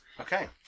okay